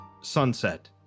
Sunset